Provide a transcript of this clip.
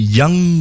young